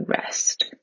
rest